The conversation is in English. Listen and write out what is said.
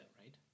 right